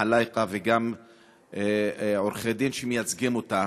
חלאיקה וגם עורכי-דין שמייצגים אותה.